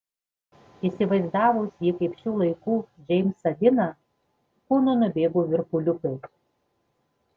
įsivaizdavus jį kaip šių laikų džeimsą diną kūnu nubėgo virpuliukai